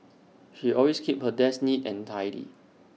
she always keeps her desk neat and tidy